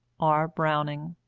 r. browing.